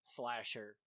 slasher